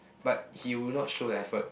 but he will not show an effort